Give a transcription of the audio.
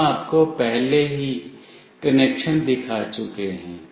हम आपको पहले ही कनेक्शन दिखा चुके हैं